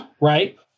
right